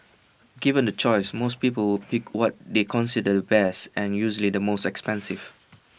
given the choice most people would pick what they consider the best and usually the most expensive